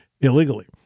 illegally